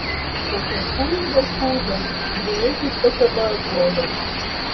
tokia kūda kūda grynai kaip pakaba atrodo